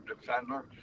defender